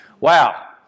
Wow